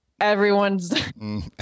everyone's